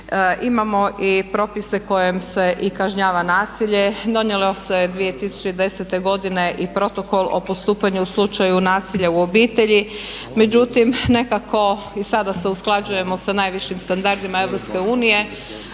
Imamo i propise kojima se kažnjava nasilje, donijelo se 2010. godine i Protokol o postupanju u slučaju nasilja u obitelji. Međutim nekako, i sada se usklađujemo sa najvišim standardima EU,